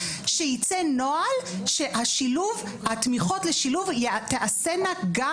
שייצא נוהל שהתמיכות לשילוב תעשינה גם